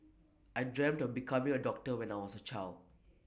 I dreamt of becoming A doctor when I was A child